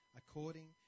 according